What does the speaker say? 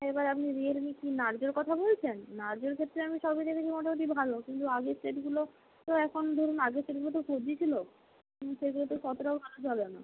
এবার আপনি রিয়েলমি কি নার্জোর কথা বলছেন নার্জোর ক্ষেত্রে আমি সব বুঝে গেছি মোটামুটি ভালো কিন্তু আগের সেটগুলো তো এখন ধরুন আগের সেটগুলো তো ফোর জি ছিল সেগুলো তো ততটাও ভালো চলে না